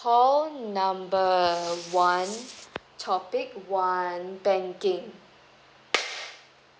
call number one topic one banking